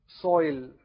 Soil